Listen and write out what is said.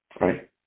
Right